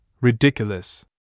Ridiculous